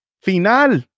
final